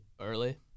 early